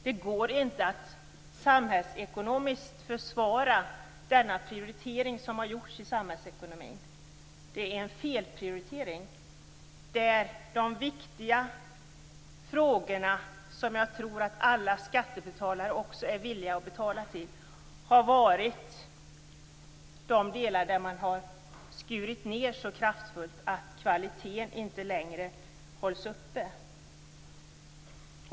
Samhällsekonomiskt går det inte att försvara den prioritering som har gjorts i samhällsekonomin. Det är en felprioritering. De viktiga frågorna - jag tror att alla skattebetalare är villiga att betala till dessa områden - har varit de delar där man har skurit ned så kraftfullt att kvaliteten inte längre hålls uppe.